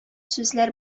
сүзләр